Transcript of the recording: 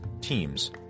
teams